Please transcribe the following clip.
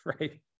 right